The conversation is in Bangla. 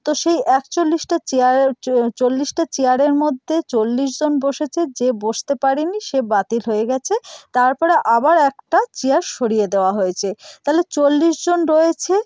তো সেই একচল্লিশটা চেয়ার চল্লিশটা চেয়ারের মধ্যে চল্লিশ জন বসেছে যে বসতে পারেনি সে বাতিল হয়ে গিয়েছে তারপরে আবার একটা চেয়ার সরিয়ে দেওয়া হয়েছে তাহলে চল্লিশ জন রয়েছে